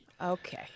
Okay